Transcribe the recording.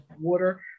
water